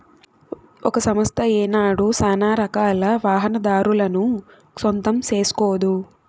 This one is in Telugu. ఒక సంస్థ ఏనాడు సానారకాల వాహనాదారులను సొంతం సేస్కోదు